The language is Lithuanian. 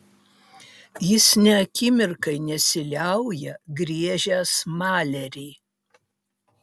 jis nė akimirkai nesiliauja griežęs malerį